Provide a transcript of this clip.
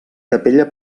capella